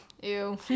ew